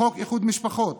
חוק איחוד משפחות